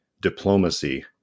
diplomacy